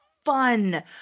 fun